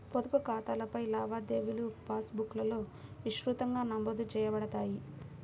పొదుపు ఖాతాలపై లావాదేవీలుపాస్ బుక్లో విస్తృతంగా నమోదు చేయబడతాయి